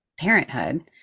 parenthood